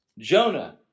Jonah